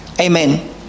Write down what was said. Amen